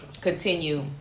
continue